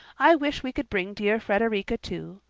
i wish we could bring dear frederica too,